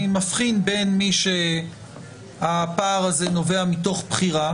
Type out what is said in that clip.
אני מבחין בין מי שהפער הזה נובע אצלו מתוך בחירה,